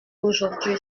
aujourd’hui